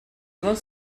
wants